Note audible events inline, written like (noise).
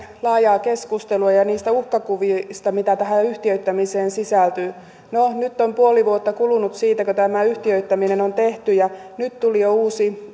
laajaa keskustelua ja ja niistä uhkakuvista mitä tähän yhtiöittämiseen sisältyy no nyt on puoli vuotta kulunut siitä kun tämä yhtiöittäminen on tehty ja nyt tuli jo uusi (unintelligible)